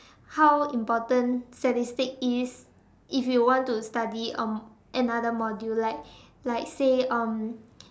how important statistics is if you want to study um another module like like say um